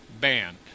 banned